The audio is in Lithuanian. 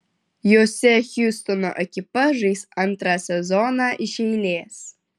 jose hjustono ekipa žais antrą sezoną iš eilės